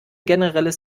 generelles